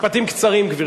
משפטים קצרים, גברתי.